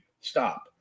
stop